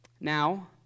Now